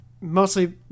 mostly